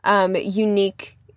Unique